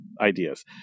ideas